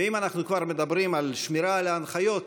ואם אנחנו כבר מדברים על שמירה על ההנחיות,